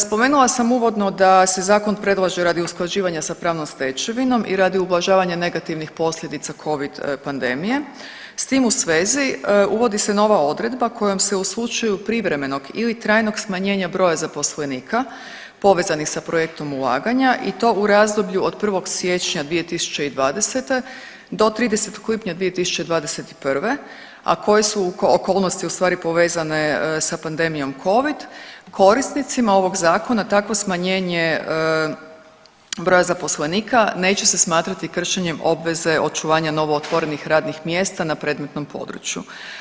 Spomenula sam uvodno da se zakon predlaže radi usklađivanja s pravnom stečevinom i radi ublažavanja negativnih posljedica covid pandemije, s tim u svezi uvodi se nova odredba kojom se u slučaju privremenog ili trajnog smanjenja broja zaposlenika povezanih sa projektom ulaganja i to u razdoblju od 1. siječnja 2020. do 30. lipnja 2021., a koje okolnosti ustvari povezane sa pandemijom covid, korisnicima ovog zakona takvo smanjenje broja zaposlenika neće se smatrati kršenjem obveze očuvanja novootvorenih radnih mjesta na predmetnom području.